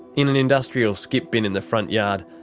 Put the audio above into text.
in an industrial skip bin in the front yard,